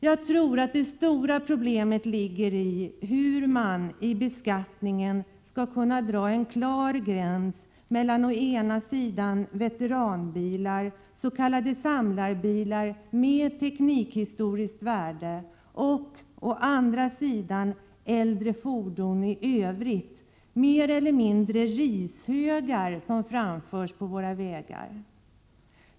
Jag tror att det stora problemet ligger i hur man i beskattningen skall kunna dra en klar gräns mellan å ena sidan veteranbilar, s.k. samlarbilar med teknikhistoriskt värde, och å andra sidan äldre fordon i övrigt — mer eller mindre rishögar som framförs på våra vägar.